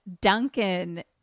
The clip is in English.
Duncan